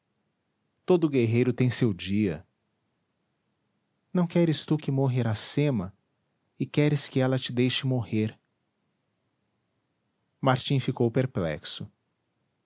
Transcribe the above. o guerreiro tem seu dia não queres tu que morra iracema e queres que ela te deixe morrer martim ficou perplexo